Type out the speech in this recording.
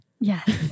Yes